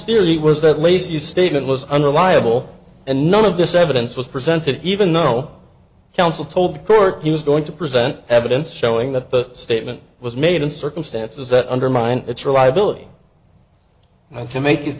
stilly was that lacy statement was unreliable and none of this evidence was presented even know counsel told the court he was going to present evidence showing that the statement was made in circumstances that undermine its reliability and to make it